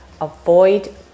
avoid